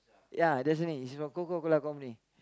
ya Dasani~ it's from Coca-Cola Company